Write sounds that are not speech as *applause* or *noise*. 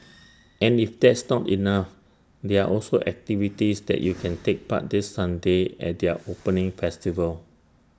*noise* and if that's not enough there are also activities that you can take part this Sunday at their opening festival